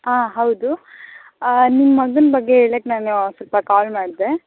ಆಂ ಹೌದು ನಿಮ್ಮ ಮಗನ ಬಗ್ಗೆ ಹೇಳಕ್ಕೆ ನಾನು ಸ್ವಲ್ಪ ಕಾಲ್ ಮಾಡಿದೆ